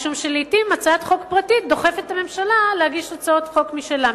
משום שלעתים הצעת חוק פרטית דוחפת את הממשלה להגיש הצעות חוק משלה,